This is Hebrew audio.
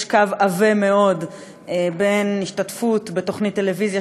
קו עבה מאוד בין השתתפות בתוכנית טלוויזיה,